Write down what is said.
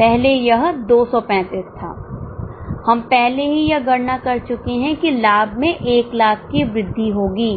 पहले यह २३५ था हम पहले से ही यह गणना कर चुके हैं कि लाभ में १००००० की वृद्धि होगी